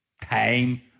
time